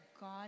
God